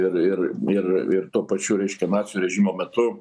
ir ir ir ir tuo pačiu reiškia nacių režimo metu